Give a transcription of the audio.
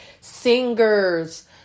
singers